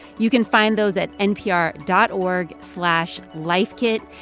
you can find those at npr dot org slash lifekit.